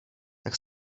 tak